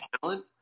talent